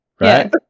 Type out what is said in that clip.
right